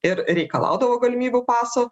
ir reikalaudavo galimybių paso